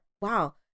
wow